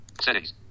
settings